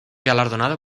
galardonado